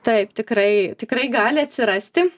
taip tikrai tikrai gali atsirasti